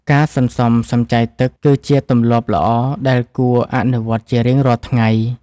ការសន្សំសំចៃទឹកគឺជាទម្លាប់ល្អដែលគួរអនុវត្តជារៀងរាល់ថ្ងៃ។